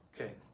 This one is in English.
Okay